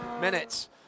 minutes